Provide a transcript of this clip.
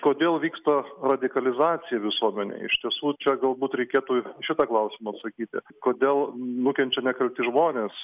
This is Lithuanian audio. kodėl vyksta radikalizacija visuomenėj iš tiesų čia galbūt reikėtų ir šitą klausimą atsakyti kodėl nukenčia nekalti žmonės